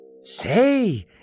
Say